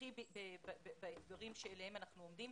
הכרחי באתגרים בהם אנחנו עומדים.